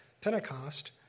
Pentecost